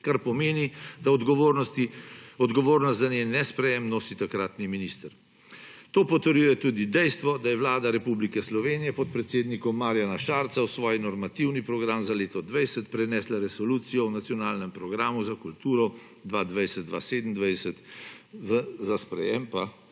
kar pomeni, da odgovornost za njen nesprejem nosi takratni minister. To potrjuje tudi dejstvo, da je Vlada Republike Slovenije pod predsednikom Marjana Šarca v svoj normativni program za leto 2020 prenesla Resolucijo o nacionalnem programu za kulturo 2020–2027, za sprejem pa